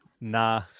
Nah